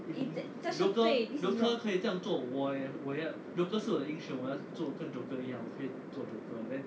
if that 这是对 this is wrong